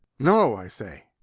no, i say.